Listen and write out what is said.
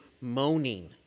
moaning